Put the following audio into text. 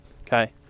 okay